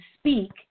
speak